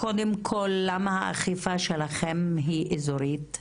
קודם כל למה האכיפה שלכם היא אזורית,